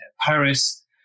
Paris